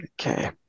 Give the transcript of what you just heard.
okay